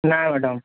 ନାଁ ମ୍ୟାଡ଼ାମ୍